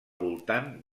voltant